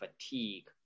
fatigue